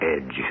edge